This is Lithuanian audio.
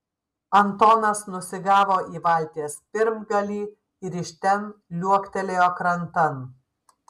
antonas nusigavo į valties pirmgalį ir iš ten liuoktelėjo krantan